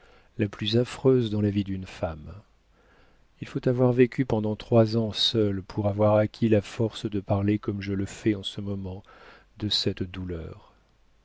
la plus affreuse dans la vie d'une femme il faut avoir vécu pendant trois ans seule pour avoir acquis la force de parler comme je le fais en ce moment de cette douleur